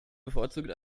bevorzugt